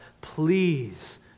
Please